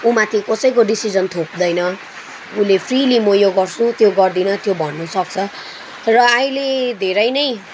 उ माथि कसैको डिसिजन थोप्दैन उसले फ्रिली म यो गर्छु त्यो गर्दिनँ त्यो भन्नु सक्छ र अहिले धेरै नै